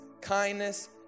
kindness